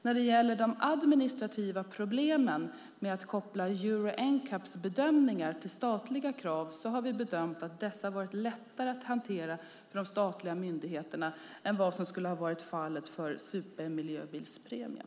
När det gäller de administrativa problemen med att koppla Euro NCAP:s bedömningar till statliga krav har vi bedömt att dessa varit lättare att hantera för de statliga myndigheterna än vad som skulle ha varit fallet för supermiljöbilspremien.